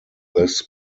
this